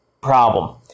problem